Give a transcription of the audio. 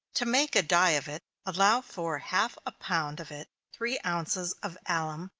to make a dye of it, allow for half a pound of it three ounces of alum,